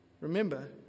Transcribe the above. Remember